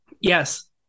yes